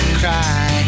cry